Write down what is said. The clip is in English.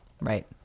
right